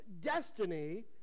destiny